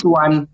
one